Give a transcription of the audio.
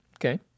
Okay